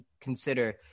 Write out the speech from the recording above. consider